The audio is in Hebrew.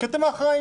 כי אתם האחראים.